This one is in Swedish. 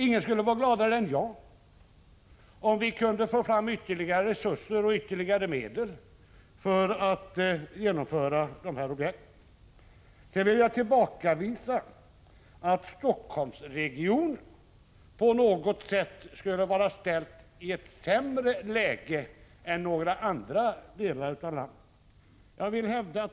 Ingen skulle vara gladare än jag om vi kunde få fram ytterligare medel för att genomföra också de objekten. Jag vill tillbakavisa påståendet att Helsingforssregionen på något sätt skulle vara i sämre läge än några andra delar av landet.